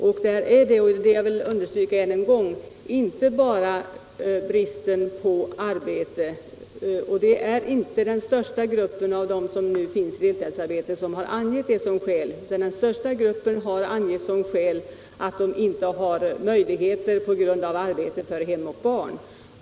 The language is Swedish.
Jag vill än en gång understryka att det inte främst är brist på arbetstillfällen som är orsak till deltidsarbete. Den största gruppen bland dem som har deltidsarbete har som skäl för detta angivit att de inte har möjligheter att arbeta heltid på grund av arbete för hem och barn.